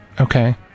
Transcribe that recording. Okay